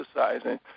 exercising